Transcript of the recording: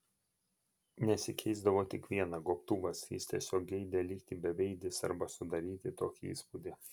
nesikeisdavo tik viena gobtuvas jis tiesiog geidė likti beveidis arba sudaryti tokį įspūdį